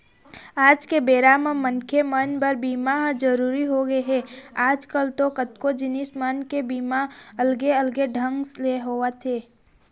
आज के बेरा म मनखे मन बर बीमा ह जरुरी होगे हे, आजकल तो कतको जिनिस मन के बीमा अलगे अलगे ढंग ले होवत हे